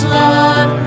love